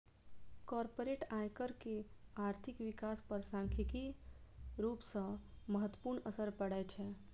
corporate आयकर के आर्थिक विकास पर सांख्यिकीय रूप सं महत्वपूर्ण असर पड़ै छै